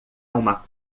uma